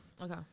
Okay